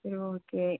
சரி ஓகே